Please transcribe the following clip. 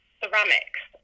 ceramics